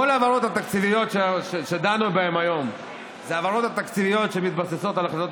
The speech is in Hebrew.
ההעברות התקציביות שדנו בהן היום אלה העברות תקציביות שמתבססות על החלטות